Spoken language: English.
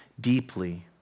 deeply